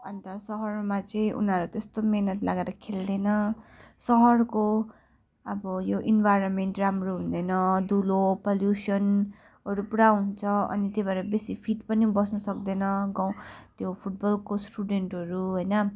अन्त सहरमा चाहिँ उनीहरू त्यस्तो मेहनत लगाएर खेल्दैन सहरको अब यो इन्भाइरोमेन्ट राम्रो हुँदैन धुलो पोल्युसनहरू पुरा हुन्छ अनि त्यो भएर बेसी फिट पनि बस्नुसक्दैन गाउँ त्यो फुटबलको स्टुडेन्टहरू होइन